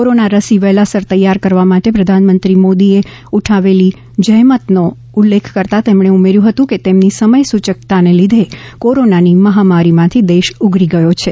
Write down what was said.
corona રસી વહેલાસર તૈયાર કરવા માટે પ્રધાનમંત્રી શ્રી મોદી એ ઊઠાવેલી જહેમતનો ઉલ્લેખ કરતાં તેમણે ઉમેર્થું હતું કે તેમની સમયસૂચકતાને લીધે કોરોનાની મહામારીમાંથી દેશ ઉગરી ગયો છે